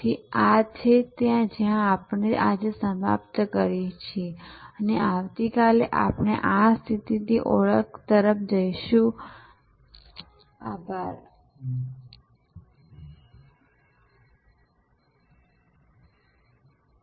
તેથી આ તે છે જ્યાં આપણે આજે સમાપ્ત કરીએ છીએ અને આવતીકાલે આપણે સ્થિતિથી ઓળખ તરફ કેવી રીતે જઈશું તે લઈશું